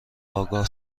آگاه